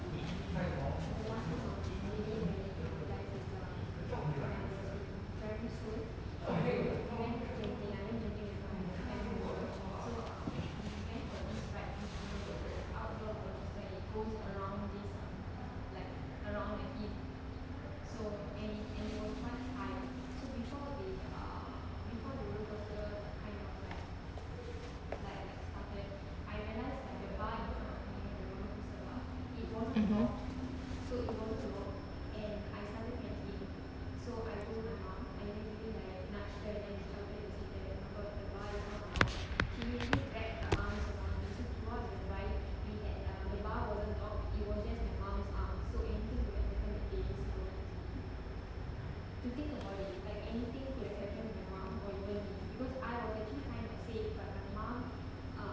mmhmm